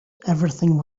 everything